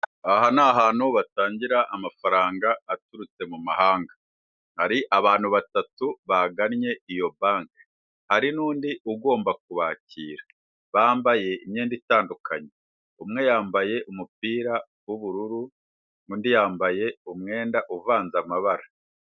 Aha ni ahantu batangira amafaranga aturutse mu mahanga, hari abantu batatu bagannye iyo banki, hari n'undi ugomba kubakira bambaye imyenda itandukanye, umwe yambaye umupira w'ubururu undi yambaye umwenda uvanze amabara.